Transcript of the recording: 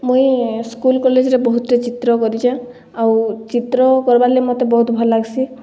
ମୁଇଁ ସ୍କୁଲ୍ କଲେଜ୍ରେ ବହୁତ୍ଟେ ଚିତ୍ର କରିଚେଁ ଆଉ ଚିତ୍ର କର୍ବାର୍ ଲାଗି ମତେ ବହୁତ୍ ଭଲ୍ ଲାଗ୍ସି